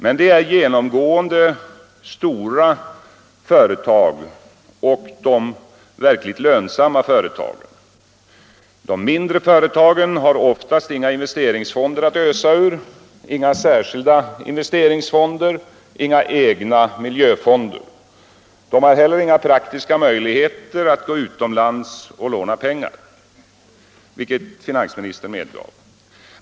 Men det är då genomgående stora och verkligt lönsamma företag. De mindre företagen har oftast inga särskilda investeringsfonder att ösa ur och inga egna miljöfonder. De har inte heller några praktiska möjligheter att gå utomlands och låna pengar, vilket finansministern medgav.